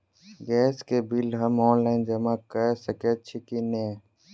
Gas केँ bill हम online जमा कऽ सकैत छी की नै?